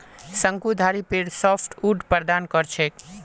शंकुधारी पेड़ सॉफ्टवुड प्रदान कर छेक